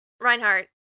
Reinhardt